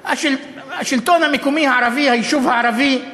השלטון המקומי הערבי, היישוב הערבי,